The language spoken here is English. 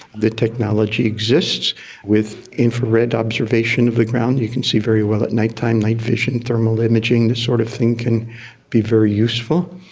the technology exists with infrared observation of the ground, you can see very well at night time, night vision, thermal imaging, this sort of thing can be very useful.